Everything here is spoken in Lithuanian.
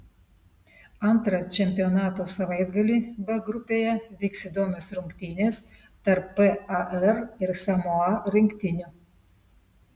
antrą čempionato savaitgalį b grupėje vyks įdomios rungtynės tarp par ir samoa rinktinių